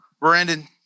Brandon